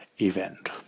event